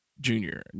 Junior